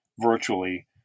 Virtually